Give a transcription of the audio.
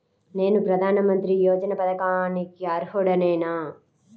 నేను ప్రధాని మంత్రి యోజన పథకానికి అర్హుడ నేన?